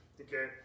okay